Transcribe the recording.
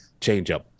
changeup